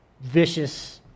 vicious